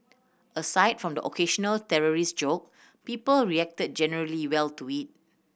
aside from the occasional terrorist joke people reacted generally well to it